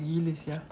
cute gila sia